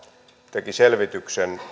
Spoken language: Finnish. teki selvityksen